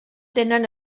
tenen